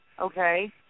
okay